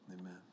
amen